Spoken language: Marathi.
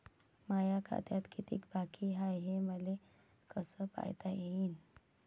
माया खात्यात कितीक बाकी हाय, हे मले कस पायता येईन?